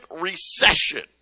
recession